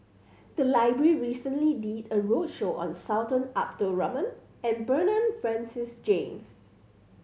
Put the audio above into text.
the library recently did a roadshow on Sultan Abdul Rahman and Bernard Francis James